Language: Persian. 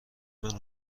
منو